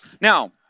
now